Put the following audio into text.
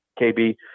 KB